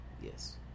yes